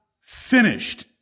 finished